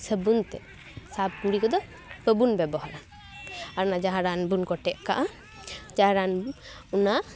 ᱥᱟᱹᱵᱩᱱ ᱛᱮ ᱥᱟᱵ ᱜᱩᱲᱤ ᱠᱚᱫᱚ ᱵᱟᱹᱵᱩᱱ ᱵᱮᱵᱚᱦᱟᱨᱟ ᱟᱨ ᱡᱟᱦᱟᱸ ᱨᱟᱱ ᱵᱚᱱ ᱠᱚᱴᱮᱡ ᱠᱟᱜᱼᱟ ᱡᱟᱦᱟᱸ ᱨᱟᱱ ᱚᱱᱟ